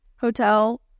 Hotel